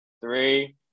three